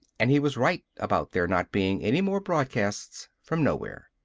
and he was right about there not being any more broadcasts from nowhere.